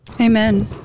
amen